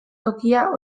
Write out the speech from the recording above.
tokia